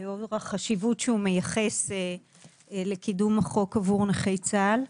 לאור החשיבות שהוא מייחס לקידום החוק עבור נכי צה"ל,